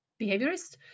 behaviorist